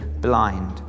blind